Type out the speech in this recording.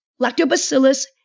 lactobacillus